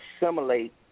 assimilate